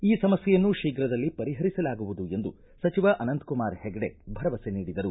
ಈ ಸಮಸ್ವೆಯನ್ನು ಶೀಘ್ರದಲ್ಲಿ ಪರಿಹರಿಸಲಾಗುವುದು ಎಂದು ಸಚಿವ ಅನಂತಕುಮಾರ್ ಹೆಗಡೆ ಭರವಸೆ ನೀಡಿದರು